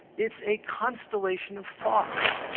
it's a constellation of thoughts.